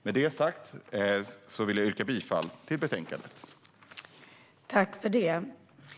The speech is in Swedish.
Med detta sagt vill jag yrka bifall till utskottets förslag i betänkandet.